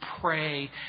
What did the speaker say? pray